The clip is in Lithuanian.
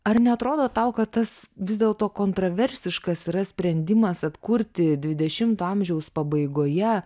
ar neatrodo tau kad tas vis dėlto kontraversiškas yra sprendimas atkurti dvidešimto amžiaus pabaigoje